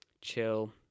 chill